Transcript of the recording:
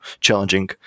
challenging